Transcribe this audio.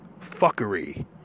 Fuckery